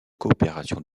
coopération